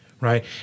Right